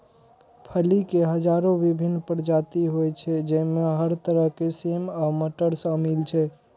फली के हजारो विभिन्न प्रजाति होइ छै, जइमे हर तरह के सेम आ मटर शामिल छै